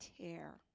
tear